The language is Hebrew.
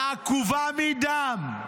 העקובה מדם,